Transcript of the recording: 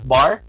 Bar